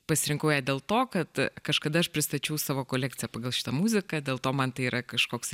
pasirinkau dėl to kad kažkada aš pristačiau savo kolekciją pagal šitą muziką dėl to man tai yra kažkoks